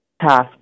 task